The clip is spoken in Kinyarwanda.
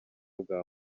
bwa